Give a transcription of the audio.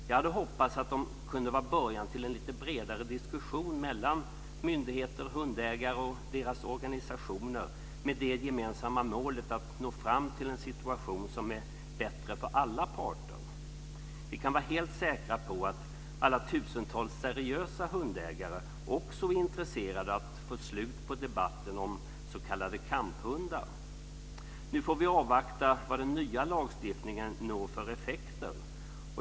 Jag hade hoppats att de kunde vara en början till en bredare diskussion mellan myndigheter, hundägare och deras organisationer, med det gemensamma målet att nå fram till en situation som är bättre för alla parter. Vi kan vara helt säkra på att alla tusentals seriösa hundägare också är intresserade av att få slut på debatten om s.k. kamphundar. Nu får vi avvakta vad den nya lagstiftningen når för effekter.